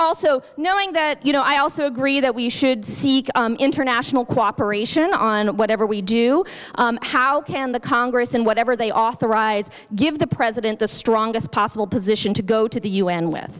also knowing that you know i also agree that we should seek international cooperation on whatever we do how can the congress and whatever they authorize give the president the strongest possible position to go to the u